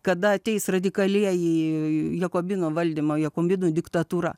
kada ateis radikalieji jakobinų valdymo jakobinų diktatūra